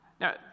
Now